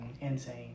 insane